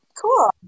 Cool